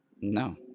No